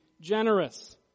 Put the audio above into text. generous